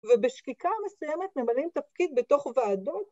ובשקיקה מסוימת ממלאים תפקיד בתוך ועדות